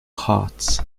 hearts